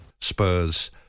Spurs